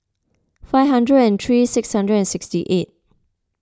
five hundred and three six hundred and sixty eight